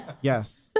Yes